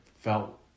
felt